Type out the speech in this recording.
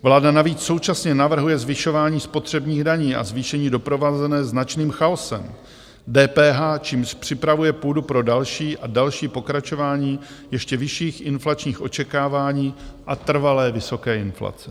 Vláda navíc současně navrhuje zvyšování spotřebních daní a zvýšení doprovázené značným chaosem, DPH, čímž připravuje půdu pro další a další pokračování ještě vyšších inflačních očekávání a trvalé vysoké inflace.